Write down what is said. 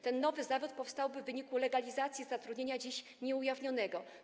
Ten nowy zawód powstałby w wyniku legalizacji zatrudnienia dziś nieujawnionego.